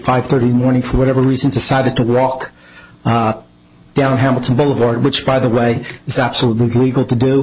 five thirty morning for whatever reason decided to walk down hamilton boulevard which by the way is absolutely going to do